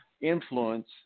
influence